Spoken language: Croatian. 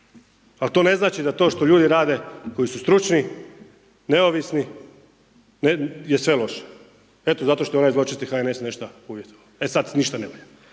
Ali to ne znači da to što ljudi rade koji su stručni, neovisni je sve loše evo zato što je onaj zločesti HNS nešto uvjetovao, e sada ništa ne